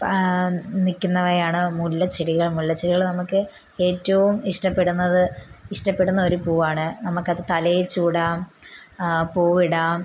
നില്ക്കുന്നവയാണ് മുല്ലച്ചെടികൾ മുല്ലച്ചെടികള് നമുക്ക് ഏറ്റവും ഇഷ്ടപ്പെടുന്നത് ഇഷ്ടപ്പെടുന്നൊരു പൂവാണ് നമുക്കത് തലയിൽച്ചൂടാം പൂവിടാം